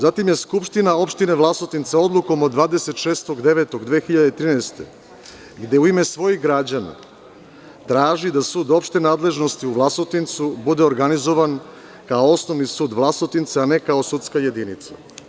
Zatim je Skupština opštine Vlasotince odlukom od 26.09.2013. godine u ime svojih građana tražila da sud opšte nadležnosti u Vlasotincu bude organizovan kao osnovni sud Vlasotince, a ne kao sudska jedinica.